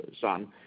son